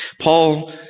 Paul